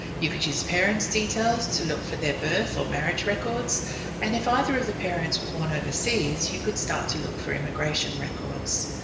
you could use parents' details to look for their birth or marriage records and if either of the parents were born overseas, you could start to look for immigration immigration records.